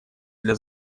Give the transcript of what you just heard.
для